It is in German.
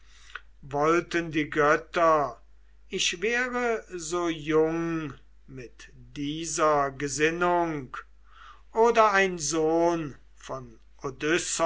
wollten die götter ich wäre so jung mit dieser gesinnung oder ein sohn von